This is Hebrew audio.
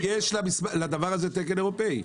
יש לדבר הזה תקן אירופאי.